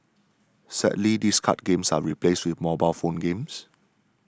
sadly these card games are replaced with mobile phone games